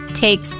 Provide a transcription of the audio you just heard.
Takes